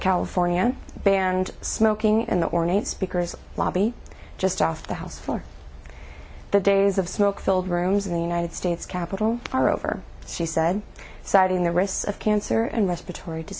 california banned smoking in the ornate speaker's lobby just off the house floor the days of smoke filled rooms in the united states capitol are over she said citing the risks of cancer and respiratory